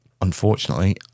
unfortunately